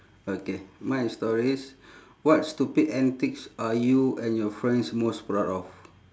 okay mine is stories what stupid antics are you and your friends most proud of